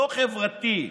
לא חברתי.